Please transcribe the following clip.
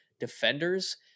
defenders